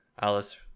Alice